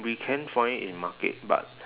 we can find in market but